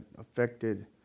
affected